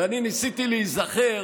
ואני ניסיתי להיזכר